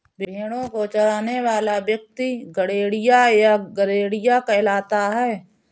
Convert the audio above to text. भेंड़ों को चराने वाला व्यक्ति गड़ेड़िया या गरेड़िया कहलाता है